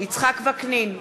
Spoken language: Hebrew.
יצחק וקנין,